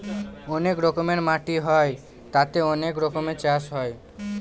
অনেক রকমের মাটি হয় তাতে অনেক রকমের চাষ হয়